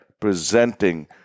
presenting